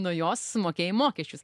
nuo jos sumokėjai mokesčius